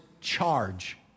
charge